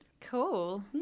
cool